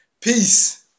Peace